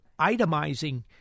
itemizing